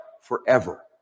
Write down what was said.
forever